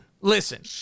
listen